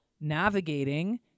navigating